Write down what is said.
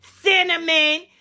Cinnamon